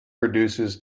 produces